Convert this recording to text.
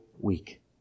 week